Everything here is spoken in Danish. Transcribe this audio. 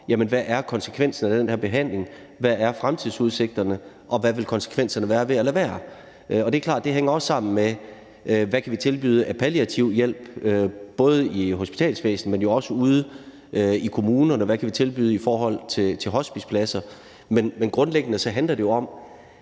hvad konsekvensen af en given behandling er, hvad fremtidsudsigterne er, og hvad konsekvenserne vil være af at lade være. Det er klart, at det også hænger sammen med, hvad man kan tilbyde af palliativ hjælp både i hospitalsvæsenet, men jo også ude i kommunerne, og hvad man kan tilbyde i forhold til hospicepladser. Men grundlæggende handler det jo om,